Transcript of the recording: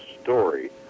story